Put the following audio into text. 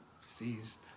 sees